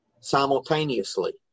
simultaneously